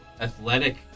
athletic